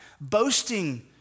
boasting